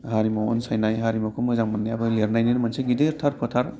हारिमु अनसाइनाय हारिमुखौ मोजांमोननाय लिरनायानो मोनसे गिदिरथार फोथार